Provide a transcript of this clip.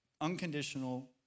Unconditional